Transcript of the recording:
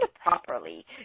properly